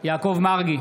יעקב מרגי,